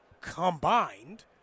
combined